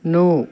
नौ